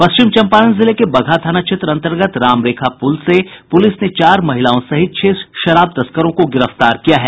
पश्चिम चंपारण जिले के बगहा थाना क्षेत्र अंतर्गत रामरेखापुर से पुलिस ने चार महिलाओं सहित छह शराब तस्करों को गिरफ्तार किया है